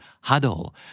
huddle